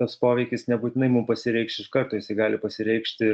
tas poveikis nebūtinai mum pasireikš iš karto jisai gali pasireikšti